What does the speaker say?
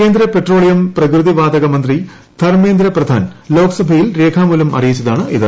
കേന്ദ്ര പെട്രോളിയം പ്രകൃതി വാതക മന്ത്രി ധർമ്മേന്ദ്ര പ്രധാൻ ലോകസഭയിൽ രേഖാമൂലം അറിയിച്ചതാണിത്